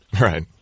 Right